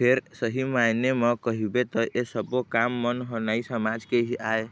फेर सही मायने म कहिबे त ऐ सब्बो काम मन ह नाई समाज के ही आय